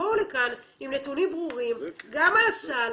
תבואו לכאן עם נתונים ברורים גם על הסל,